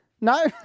No